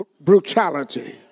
brutality